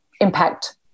impact